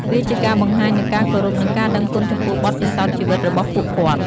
វាជាការបង្ហាញនូវការគោរព និងការដឹងគុណចំពោះបទពិសោធន៍ជីវិតរបស់ពួកគាត់។